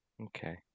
Okay